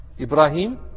Ibrahim